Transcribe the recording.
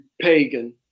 pagan